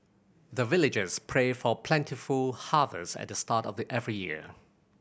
the villagers pray for plentiful harvest at the start of every year